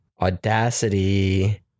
Audacity